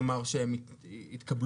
כלומר, שהם התקבלו.